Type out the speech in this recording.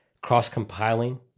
cross-compiling